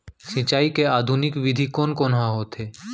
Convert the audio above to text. सिंचाई के आधुनिक विधि कोन कोन ह होथे?